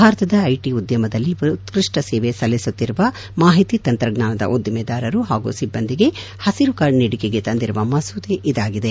ಭಾರತದ ಐಟಿ ಉದ್ಯಮದಲ್ಲಿ ಉತ್ಪಷ್ಟ ಸೇವೆ ಸಲ್ಲಿಸುತ್ತಿರುವ ಮಾಹಿತಿ ತಂತ್ರಜ್ಞಾನದ ಉದ್ದಿಮೆದಾರರು ಹಾಗೂ ಸಿಬ್ಬಂದಿಗೆ ಪಸಿರು ಕಾರ್ಡ್ ನೀಡಿಕೆಗೆ ತಂದಿರುವ ಮಸೂದೆ ಇದಾಗಿದೆ